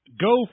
go